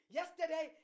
yesterday